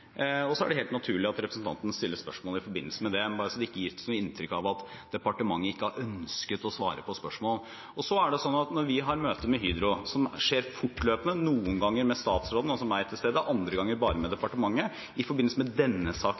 Bare så det ikke gis noe inntrykk av at departementet ikke har ønsket å svare på spørsmål. Vi har møter med Hydro, som skjer fortløpende, noen ganger med statsråden, altså meg, til stede, andre ganger bare med departementet. I forbindelse med denne saken